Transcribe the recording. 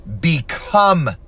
become